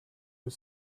was